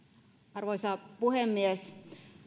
arvoisa puhemies